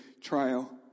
trial